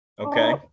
Okay